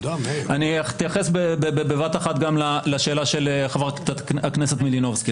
אני אתייחס בבת אחת גם לשאלה של חברת הכנסת מלינובסקי,